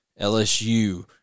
LSU